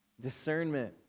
discernment